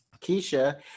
Keisha